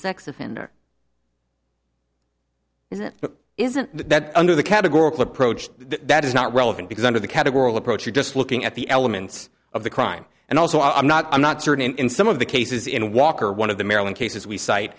sex offender isn't but isn't that under the categorical approach that is not relevant because under the category of approach you're just looking at the elements of the crime and also i'm not i'm not certain in some of the cases in walker one of the maryland cases we cite